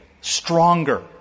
stronger